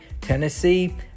Tennessee